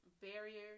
barrier